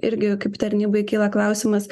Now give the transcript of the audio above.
irgi kaip tarnybai kyla klausimas